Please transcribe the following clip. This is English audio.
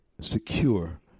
secure